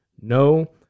No